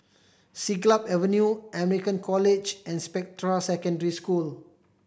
Siglap Avenue American College and Spectra Secondary School